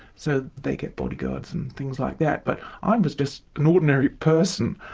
so they get bodyguards and things like that, but i was just an ordinary person,